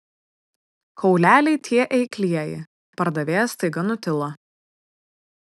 kauleliai tie eiklieji pardavėjas staiga nutilo